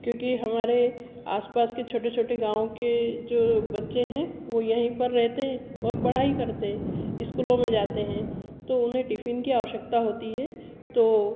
क्योंकि हमारे आसपास के छोटे छोटे गाँव के जो बच्चे हैं वह यहीं पर रहते हैं और पढ़ाई करते हैं इस्कूलों में जाते हैं तो उन्हें टिफ़िन की आवश्यकता होती हैं तो